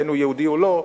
בין שהוא יהודי ובין שלא,